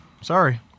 Sorry